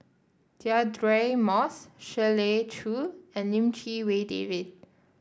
Deirdre Moss Shirley Chew and Lim Chee Wai David